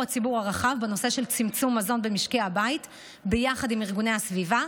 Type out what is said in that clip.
בנושא של צמצום מזון במשקי הבית ביחד עם ארגוני הסביבה.